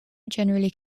generally